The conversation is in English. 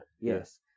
Yes